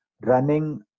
running